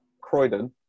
Croydon